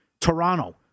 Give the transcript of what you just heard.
Toronto